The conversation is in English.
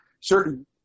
certain